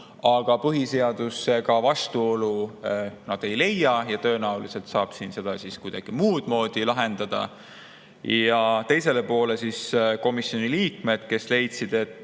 aga põhiseadusega vastuolu nad ei leia ja tõenäoliselt saab seda kuidagi muudmoodi lahendada, ja teisele poole jäid komisjoni liikmed, kes leidsid, et